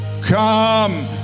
come